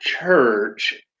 church